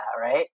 right